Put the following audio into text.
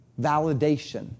validation